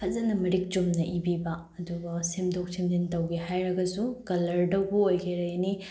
ꯐꯖꯅ ꯃꯔꯤꯛ ꯆꯨꯝꯅ ꯏꯕꯤꯕ ꯑꯗꯨꯒ ꯁꯦꯝꯗꯣꯛ ꯁꯦꯝꯖꯤꯟ ꯇꯧꯒꯦ ꯍꯥꯏꯔꯒꯁꯨ ꯀꯂꯔꯗꯕꯨ ꯑꯣꯏꯒꯦꯔꯥ ꯑꯦꯅꯤ